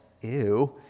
ew